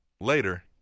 Later